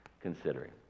considering